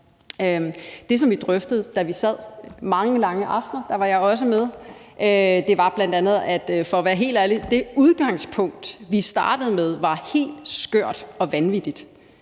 Det, som vi drøftede, da vi sad mange, lange aftener – der var jeg også med – var bl.a., at det udgangspunkt, vi startede med, var helt skørt og vanvittigt